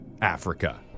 Africa